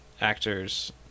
actors